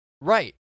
Right